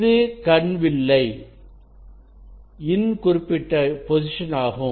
இது கண் வில்லை இன் குறிப்பிட்ட பொசிஷன் ஆகும்